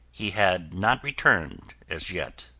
he had not returned as yet.